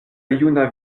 juna